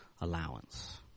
allowance